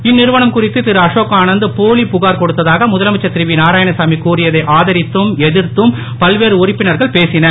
இந்நிறுவனம் குறித்து திரு அசோக் ஆனந்த போலி புகார் கொடுத்ததாக முதலமைச்சர் திரு வி நாராயணசாமி கூறியதை ஆதரித்தும் எதிர்த்தும் பல்வேறு உறுப்பினர்கள் பேசினர்